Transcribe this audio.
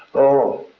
oh,